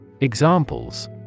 Examples